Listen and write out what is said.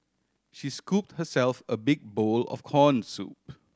she scoop herself a big bowl of corn soup